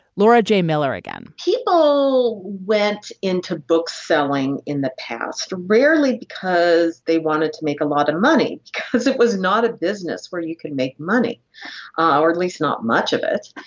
laura jay miller again, people went into books selling in the past, rarely because they wanted to make a lot of money, because it was not a business where you could make money ah or at least not much of it.